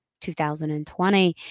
2020